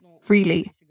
freely